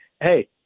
Hey